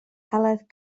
heledd